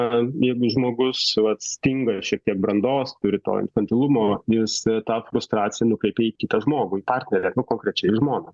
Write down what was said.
jeigu žmogus vat stinga šiek tiek brandos turi to infantilumo jis tą frustraciją nukreipia į kitą žmogų į partnerę nu konkrečiai į žmoną